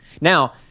now